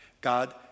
God